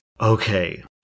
Okay